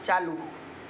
चालू